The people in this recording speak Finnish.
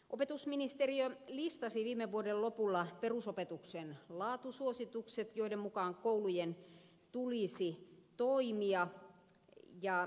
opetusministeriö listasi viime vuoden lopulla perusopetuksen laatusuositukset joiden mukaan koulujen tulisi toimia